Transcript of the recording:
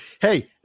Hey